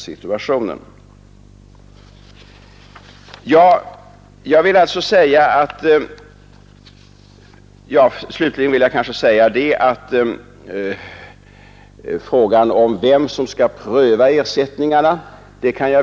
Slutligen vill jag säga att jag visst kan vara med om att diskutera frågan om vem som skall pröva ersättningarna.